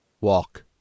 Walk